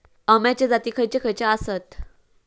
अम्याचे जाती खयचे खयचे आसत?